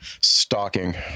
Stalking